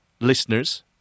Listeners